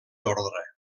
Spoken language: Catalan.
ordre